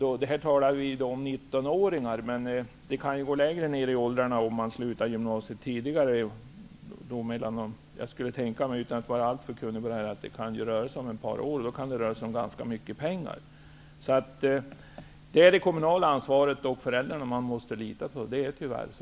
Här talar vi nu om 19-åringar, men det kan ju gå längre ned i åldrarna om man slutar gymnasiet tidigare. Utan att vara alltför kunnig om det här kan jag tänka mig att det kan handla om ett par år, och då kan det röra sig om ganska mycket pengar. Det är det kommunala ansvaret och föräldrarna man måste lita på -- det är tyvärr så.